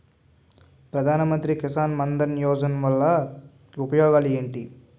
ప్రధాన మంత్రి కిసాన్ మన్ ధన్ యోజన వల్ల ఉపయోగాలు ఏంటి?